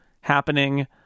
happening